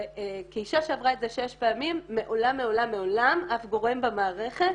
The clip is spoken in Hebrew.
שכאישה שעברה את זה שש פעמים מעולם מעולם אף גורם במערכת